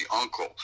uncle